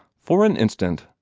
for an instant,